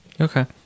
Okay